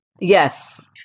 Yes